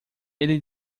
ele